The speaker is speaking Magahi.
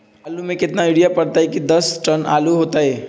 आलु म केतना यूरिया परतई की दस टन आलु होतई?